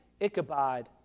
ichabod